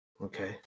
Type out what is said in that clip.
Okay